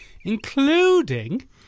including